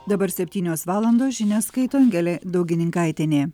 dabar septynios valandos žinias skaito angelė daugininkaitienė